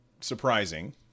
surprising